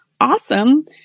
awesome